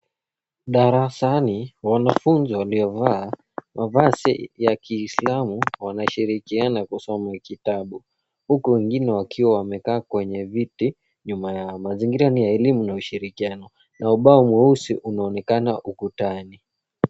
Darasani wanafunzi waliovaa mavazi ya kiislamu wanashirikiana kusoma kitabu, huku wengine wakiwa wamekaa kwenye viti nyuma yao. Mazingira ni ya elimu na ushirikiano na ubao weusi unaonekana ukutani.